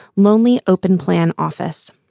lonely open plan office.